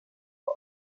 far